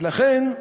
ולכן,